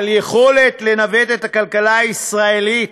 על יכולת לנווט את הכלכלה הישראלית.